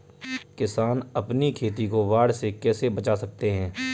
किसान अपनी खेती को बाढ़ से कैसे बचा सकते हैं?